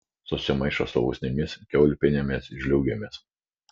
susimaišo su usnimis kiaulpienėmis žliūgėmis